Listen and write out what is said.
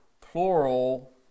plural